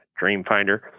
Dreamfinder